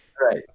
Right